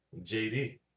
JD